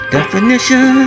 Definition